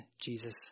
Jesus